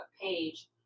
page